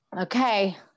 Okay